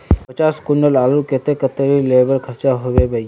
पचास कुंटल आलूर केते कतेरी लेबर खर्चा होबे बई?